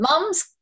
mum's